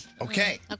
Okay